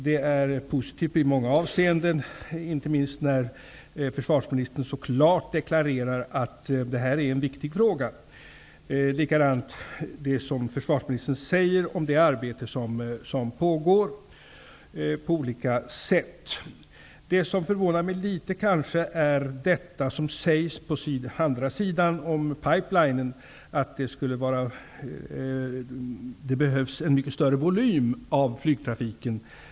Det är positivt i många avseenden, inte minst när försvarsministern så klart deklarerar att detta är en viktig fråga. Det gäller även det arbete som försvarsministern säger pågår på olika sätt. Det som förvånar mig litet är vad försvarsministern säger om denna pipeline, nämligen att det behövs en större volym på flygtrafiken.